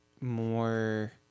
more